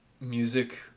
music